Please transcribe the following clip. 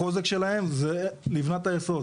החוזק שלהם זה לבנת היסוד,